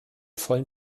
vollen